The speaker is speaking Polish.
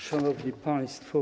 Szanowni Państwo!